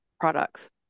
products